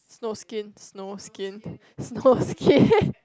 snow skin snow skin snow skin